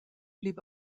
blieb